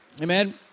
Amen